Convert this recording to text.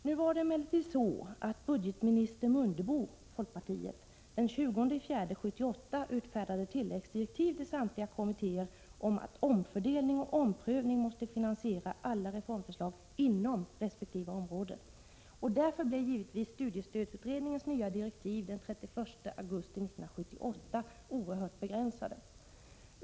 Nu var det emellertid så att budgetminister Mundebo, folkpartiet, den 20 april 1978 utfärdade tilläggsdirektiv till samtliga kommittéer om att alla reformförslag måste finansieras genom omfördelning eller omprövning inom resp. område. Därför blev givetvis studiestödsutredningens nya direktiv den 31 augusti 1978 oerhört begränsade.